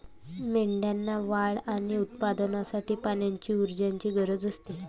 मेंढ्यांना वाढ आणि उत्पादनासाठी पाण्याची ऊर्जेची गरज असते